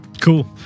Cool